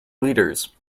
litres